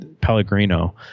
pellegrino